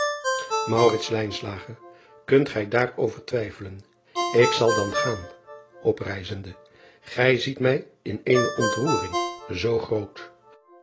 unt gij daarover twijfelen k zal dan gaan oprijzende ij ziet mij in eene ontroering zoo groot